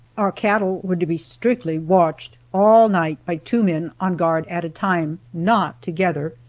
our cattle were to be strictly watched all night by two men on guard at a time not together,